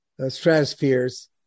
stratospheres